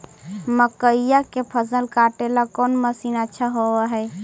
मकइया के फसल काटेला कौन मशीन अच्छा होव हई?